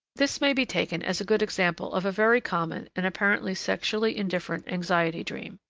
this may be taken as a good example of a very common, and apparently sexually indifferent, anxiety dream.